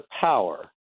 power